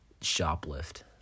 shoplift